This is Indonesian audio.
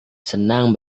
senang